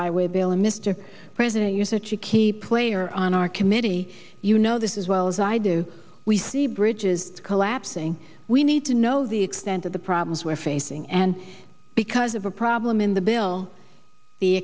with bill and mr president you're such a key player on our committee you know this is well as i do we see bridges collapsing we need to know the extent of the problems we're facing and because of a problem in the bill